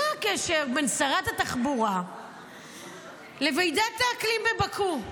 מה הקשר בין שרת התחבורה לוועידת האקלים בבאקו?